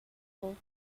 called